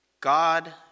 God